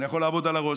אני יכול לעמוד על הראש.